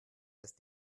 ist